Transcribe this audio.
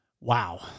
wow